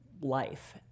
life